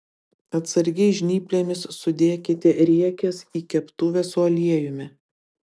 atsargiai žnyplėmis sudėkite riekes į keptuvę su aliejumi